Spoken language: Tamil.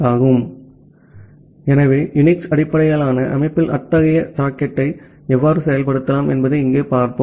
ஆகவே யுனிக்ஸ் அடிப்படையிலான அமைப்பில் அத்தகைய சாக்கெட்டை எவ்வாறு செயல்படுத்தலாம் என்பதை இங்கே பார்ப்போம்